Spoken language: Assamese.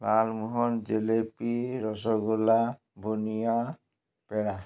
লালমোহল জেলেপি ৰসগোলা বুনিয়া পেৰা